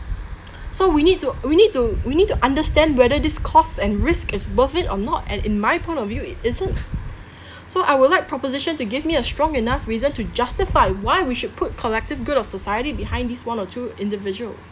so we need to we need to we need to understand whether this cost and risk is worth it or not and in my point of view it isn't so I would like proposition to give me a strong enough reason to justify why we should put collective good of society behind these one or two individuals